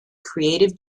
creative